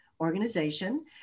organization